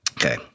okay